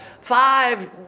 five